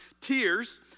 Tears